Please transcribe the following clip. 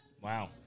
Wow